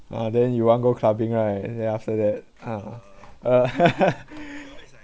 !wah! then you want go clubbing right then after that uh